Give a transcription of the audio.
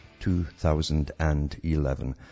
2011